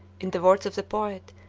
in the words of the poet,